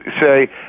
say